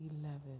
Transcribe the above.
Eleven